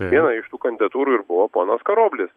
viena iš tų kandidatūrų ir buvo ponas karoblis